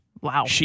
Wow